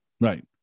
Right